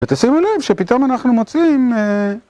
ותסיימו לב שפתאום אנחנו מוצאים.